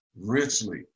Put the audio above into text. richly